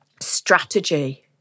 strategy